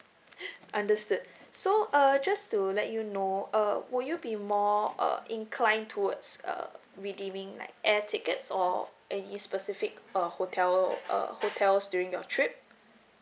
!huh! understood so uh just to let you know err would you be more uh inclined towards err redeeming like air tickets or any specific uh hotel uh hotels during your trip